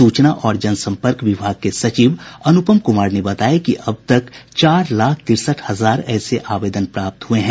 सूचना और जनसंपर्क विभाग के सचिव अनुपम कुमार ने बताया कि अब तक चार लाख तिरसठ हजार ऐसे आवेदन प्राप्त हए हैं